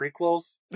prequels